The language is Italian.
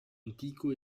antico